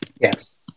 Yes